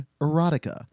erotica